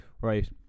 Right